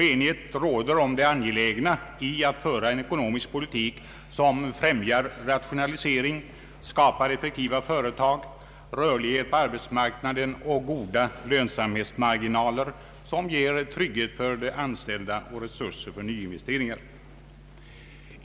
Enighet råder om det angelägna i att föra en ekonomisk politik som främjar rationalisering, skapar effektiva företag, rörlighet på arbetsmarknaden och goda lönsamhetsmarginaler som ger trygghet för de anställda och resurser för nyinvesteringar.